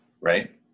Right